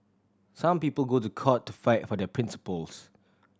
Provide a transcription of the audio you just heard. some people go to court to fight for their principles